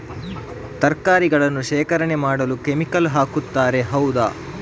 ತರಕಾರಿಗಳನ್ನು ಶೇಖರಣೆ ಮಾಡಲು ಕೆಮಿಕಲ್ ಹಾಕುತಾರೆ ಹೌದ?